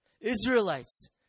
Israelites